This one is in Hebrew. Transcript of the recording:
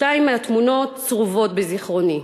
שתיים מהתמונות צרובות בזיכרוני.